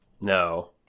No